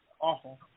awful